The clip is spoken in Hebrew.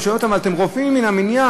אני אומר להם: אתם רופאים מן המניין.